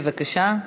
בבקשה.